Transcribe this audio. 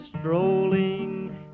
strolling ¶